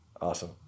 Awesome